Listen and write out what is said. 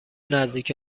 نزدیک